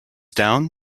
down